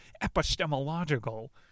Epistemological